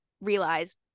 realize